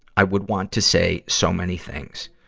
i would want to say so many things.